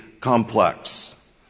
complex